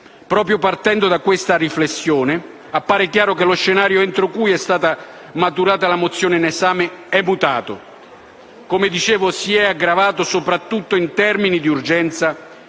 Proprio partendo da questa riflessione, appare chiaro che lo scenario entro cui è stata maturata la mozione in esame è mutato. Come dicevo, lo scenario si è aggravato soprattutto in termini di urgenza